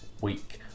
week